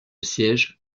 siège